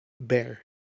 Bear